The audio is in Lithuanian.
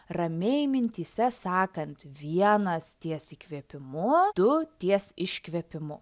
ramiai mintyse sakant vienas ties įkvėpimu du ties iškvėpimu